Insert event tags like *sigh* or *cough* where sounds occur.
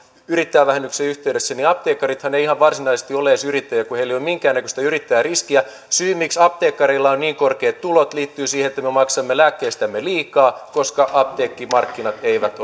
yrittäjävähennyksen yhteydessä apteekkarithan eivät ihan varsinaisesti ole edes yrittäjiä kun heillä ei ole minkäännäköistä yrittäjäriskiä syy miksi apteekkareilla on niin korkeat tulot liittyy siihen että me maksamme lääkkeistämme liikaa koska apteekkimarkkinat eivät *unintelligible*